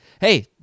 hey